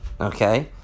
okay